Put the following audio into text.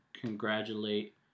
congratulate